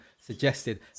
suggested